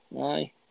Aye